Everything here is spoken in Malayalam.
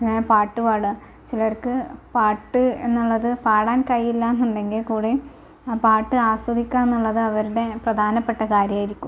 പിന്നെ പാട്ട് പാടുക ചിലർക്ക് പാട്ട് എന്നുള്ളത് പാടാൻ കഴിയില്ല എന്നുണ്ടെങ്കിൽ കൂടിയും ആ പാട്ട് ആസ്വദിക്കുക എന്നുള്ളത് അവരുടെ പ്രധാനപ്പെട്ട കാര്യമായിരിക്കും